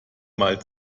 mal